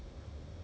ya